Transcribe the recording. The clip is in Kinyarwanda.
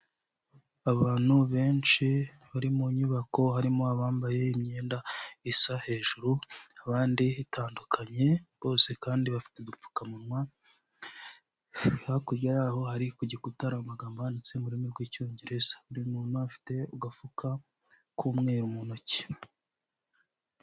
Abantu benshi bari mu nyubako, harimo abambaye imyenda isa hejuru, abandi itandukanye, bose kandi bafite udupfukamunwa, hakurya y'aho hari ku gikuta hari amagambo ahanditse mu rurimi rw'icyongereza, buri muntu afite agafuka k'umweru mu ntoki.